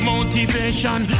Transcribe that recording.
Motivation